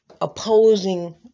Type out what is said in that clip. opposing